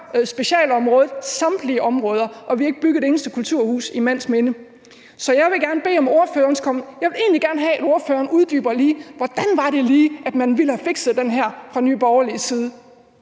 specialområdet, samtlige områder, og vi har ikke bygget et eneste kulturhus i mands minde. Så jeg vil egentlig gerne have, at ordføreren uddyber, hvordan det lige var, man ville have fikset den her fra Nye Borgerliges side.